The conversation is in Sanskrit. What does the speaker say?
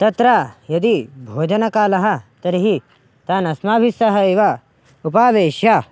तत्र यदि भोजनकालः तर्हि तान् अस्माभिस्सह एव उपावेश्य